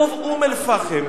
בבקשה,